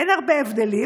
אין הרבה הבדלים,